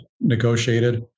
negotiated